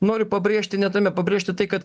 noriu pabrėžti ne tame pabrėžti tai kad